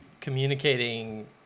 communicating